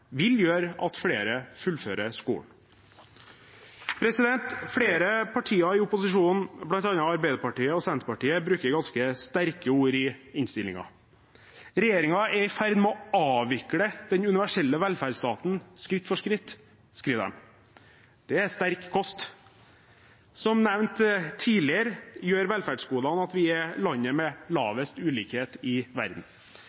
vil dette gjøre at flere fullfører skolen. Flere partier i opposisjonen, bl.a. Arbeiderpartiet og Senterpartiet, bruker ganske sterke ord i innstillingen. «Regjeringen er i ferd med å avvikle den universelle velferdsstaten skritt for skritt», skriver de. Det er sterk kost. Som nevnt tidligere gjør velferdsgodene at vi er landet med